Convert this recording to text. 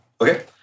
Okay